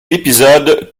épisode